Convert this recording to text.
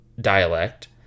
dialect